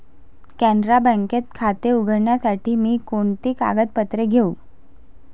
कॅनरा बँकेत खाते उघडण्यासाठी मी कोणती कागदपत्रे घेऊ?